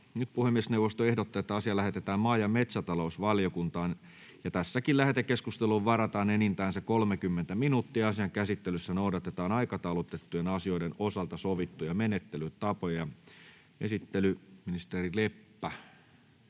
Puhemiesneuvosto ehdottaa, että asia lähetetään maa- ja metsätalousvaliokuntaan. Tässäkin lähetekeskusteluun varataan enintään se 30 minuuttia. Asian käsittelyssä noudatetaan aikataulutettujen asioiden osalta sovittuja menettelytapoja. — Ministeri Leppä